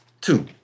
two